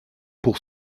pour